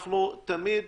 אנחנו תמיד